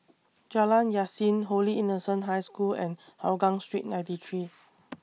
Jalan Yasin Holy Innocents' High School and Hougang Street ninety three